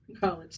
college